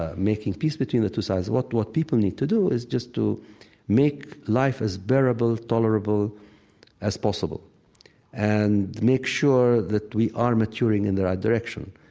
ah making peace between the two sides, what what people need to do is just to make life as bearable and tolerable as possible and make sure that we are maturing in the right direction.